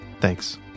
Thanks